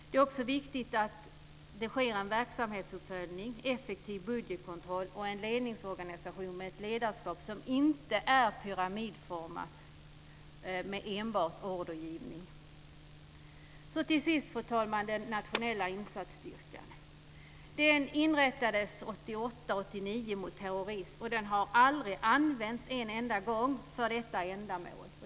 Det är också viktigt att det sker en verksamhetsuppföljning, en effektiv budgetkontroll och en ledningsorganisation med ett ledarskap som inte är pyramidformat med enbart ordergivning. Till sist, fru talman, den internationella insatsstyrkan mot terrorism, som inrättades 1988-1989. Den har aldrig använts en enda gång för detta ändamål.